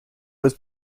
was